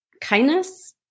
kindness